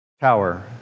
tower